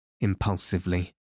impulsively